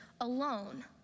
alone